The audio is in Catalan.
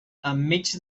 enmig